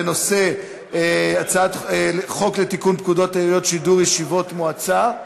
בנושא הצעת חוק לתיקון פקודת העיריות (שידור ישיבות מועצה),